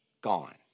gone